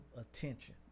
attention